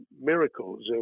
miracles